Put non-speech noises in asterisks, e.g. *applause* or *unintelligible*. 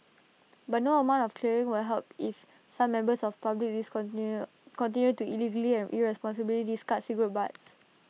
but no amount of clearing will help if some members of public *unintelligible* continue to illegally and irresponsibly discard cigarette butts